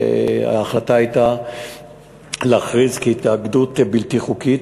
ההחלטה הייתה להכריז כי התאגדות בלתי חוקית,